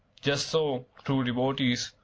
just so true devotees,